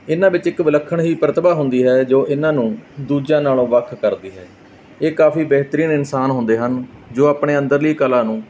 ਇਹਨਾਂ ਵਿੱਚ ਇੱਕ ਵਿਲੱਖਣ ਹੀ ਪ੍ਰਤਿਭਾ ਹੁੰਦੀ ਹੈ ਜੋ ਇਹਨਾਂ ਨੂੰ ਦੂਜਿਆਂ ਨਾਲੋਂ ਵੱਖ ਕਰਦੀ ਹੈ ਇਹ ਕਾਫ਼ੀ ਬੇਹਤਰੀਨ ਇਨਸਾਨ ਹੁੰਦੇ ਹਨ ਜੋ ਆਪਣੇ ਅੰਦਰਲੀ ਕਲਾ ਨੂੰ